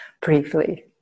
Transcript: Briefly